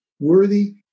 worthy